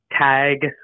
tag